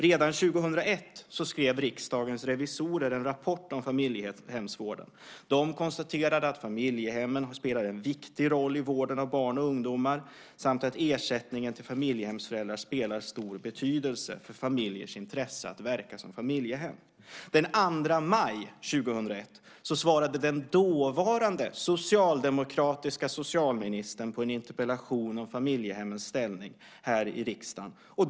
Redan 2001 skrev Riksdagens revisorer en rapport om familjehemsvården. De konstaterade att familjehemmen spelar en viktig roll i vården av barn och ungdomar samt att ersättningen till familjehemsföräldrar har stor betydelse för familjers intresse att verka som familjehem. Den 2 maj 2001 svarade den dåvarande socialdemokratiska socialministern på en interpellation om familjehemmens ställning här i riksdagen.